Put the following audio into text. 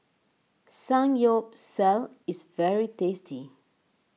Samgyeopsal is very tasty